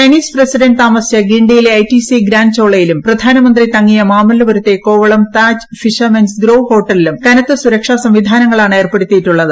Chinese president താമസിച്ച ഗിണ്ടിയിലെ ITC grand ചോളയിലും പ്രധാനമന്ത്രി തങ്ങിയ മാമല്ലപുരത്തെ കോവളം താജ് ഫിഷർമെൻസ് ഗ്രോവ് ഹോട്ടലിലും കനത്ത സുരക്ഷാ സംവിധാനങ്ങളാണ് ഏർപ്പെടുത്തിയിട്ടുള്ളത്